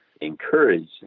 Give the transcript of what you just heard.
encourage